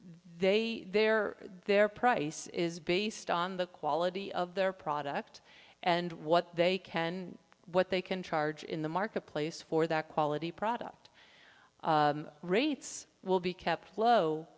they there their price is based on the quality of their product and what they can what they can charge in the marketplace for that quality product rates will be kept low